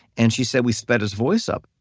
and she said, we sped his voice up.